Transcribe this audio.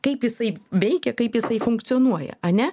kaip jisai veikia kaip jisai funkcionuoja ane